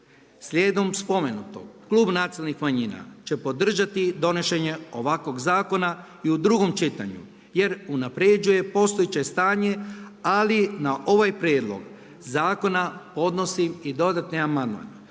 Slijedom spomenutog, Klub nacionalnih manjina će podržati donošenje ovakvog zakona i u drugom čitanju jer unapređuje postoje stanje ali na ovaj prijedlog zakona podnosim i dodatni amandman,